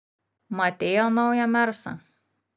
matei jo naują mersą